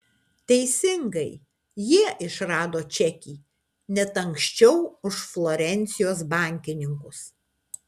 teisingai jie išrado čekį net anksčiau už florencijos bankininkus